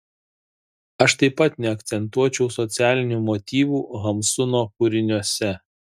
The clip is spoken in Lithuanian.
aš taip pat neakcentuočiau socialinių motyvų hamsuno kūriniuose